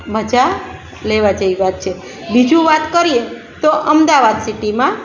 મજા લેવા જેવી વાત છે બીજું વાત કરીએ તો અમદાવાદ સિટીમાં